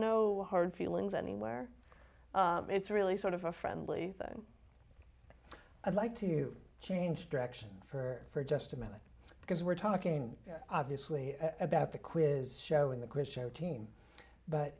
no hard feelings anywhere it's really sort of a friendly thing i'd like to change direction for just a minute because we're talking obviously about the quiz show in the quiz show team but